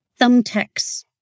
Thumbtacks